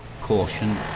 Caution